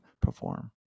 perform